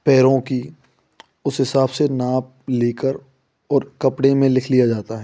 पैरों की उस हिसाब से नाप लेकर और कपड़े में लिख लिया जाता है